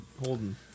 holding